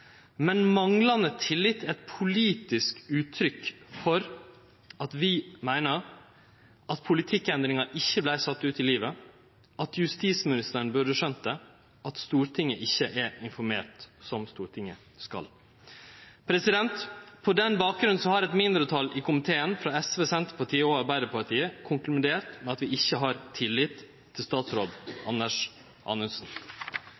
Men manglande tillit er eit politisk uttrykk for at vi meiner at: politikkendringa ikkje vart sett ut i livet justisministeren burde ha skjøna det Stortinget ikkje er informert som det skal På den bakgrunn har eit mindretal i komiteen, frå SV, Senterpartiet og Arbeidarpartiet, konkludert med at vi ikkje har tillit til statsråd Anders Anundsen.